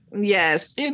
Yes